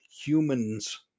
humans